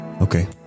Okay